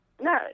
No